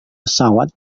pesawat